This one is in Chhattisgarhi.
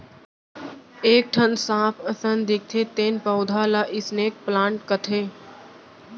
एक ठन सांप असन दिखथे तेन पउधा ल स्नेक प्लांट कथें